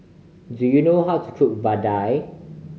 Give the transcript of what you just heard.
do you know how to cook vadai